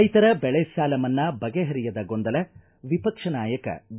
ರೈತರ ಬೆಳೆ ಸಾಲ ಮನ್ನಾ ಬಗೆಹರಿಯದ ಗೊಂದಲ ವಿಪಕ್ಷ ನಾಯಕ ಬಿ